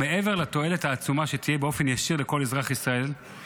מעבר לתועלת העצומה שתהיה באופן ישיר לכל אזרח בישראל,